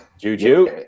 Juju